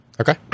okay